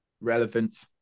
Relevant